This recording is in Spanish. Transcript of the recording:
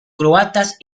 croatas